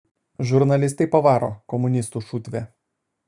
žurnalistai pavaro komunistų šutvė